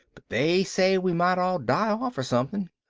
but they say we might all die off or something.